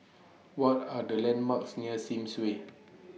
What Are The landmarks near Sims Way